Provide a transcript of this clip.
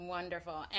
Wonderful